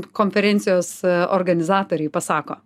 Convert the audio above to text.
konferencijos organizatoriai pasako